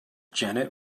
janet